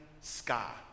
sky